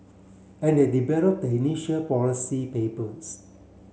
and they develop the initial policy papers